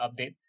updates